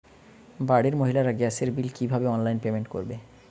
বাড়ির মহিলারা গ্যাসের বিল কি ভাবে অনলাইন পেমেন্ট করবে?